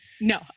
No